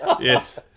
Yes